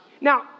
now